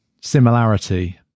similarity